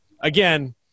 again –